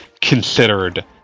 considered